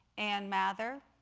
ann mather,